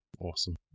Awesome